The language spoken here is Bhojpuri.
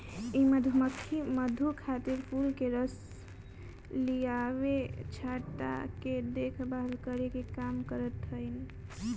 इ मधुमक्खी मधु खातिर फूल के रस लियावे, छत्ता के देखभाल करे के काम करत हई सन